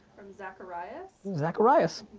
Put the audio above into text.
from zacharias. zacharias.